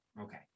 Okay